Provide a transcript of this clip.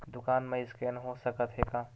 दुकान मा स्कैन हो सकत हे का?